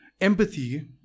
empathy